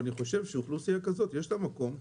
אני חושב שלאוכלוסייה כזאת יש מקום,